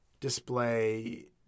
display